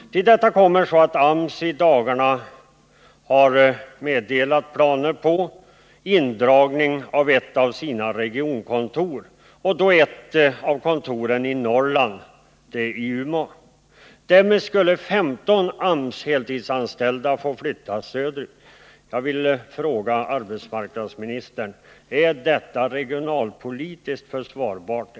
Till detta kommer att AMS i dagarna har meddelat planer på indragning av ett av sina regionkontor, och då ett av kontoren i Norrland. nämligen det i Umeå. Därmed skulle 15 AMS-heltidsanställda få flytta söderut. Jag vill fråga arbetsmarknadsministern: Är detta regionalpolitiskt försvarbart?